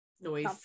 Noise